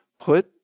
put